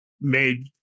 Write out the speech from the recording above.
made